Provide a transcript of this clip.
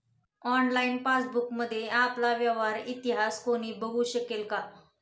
Online पासबुकमध्ये आपला व्यवहार इतिहास कोणी बघु शकेल का?